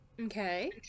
Okay